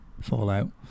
Fallout